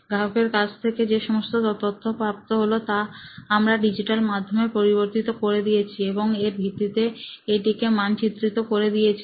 গ্রাহকের কাছ থেকে যে সমস্ত তথ্য প্রাপ্ত হল তা আমরা ডিজিটাল মাধ্যমে পরিবর্তিত করে দিয়েছি এবং এর ভিত্তিতে এটিকে মান চিত্রিত করে দিয়েছি